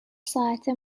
ساعته